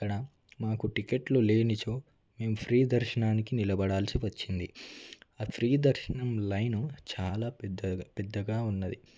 అక్కడ మాకు టిక్కెట్లు లేనిచో మేము ఫ్రీ దర్శనానికి నిలబడాల్సి వచ్చింది ఆ ఫ్రీ దర్శనం లైన్ చాలా పెద్ద పెద్దగా ఉన్నది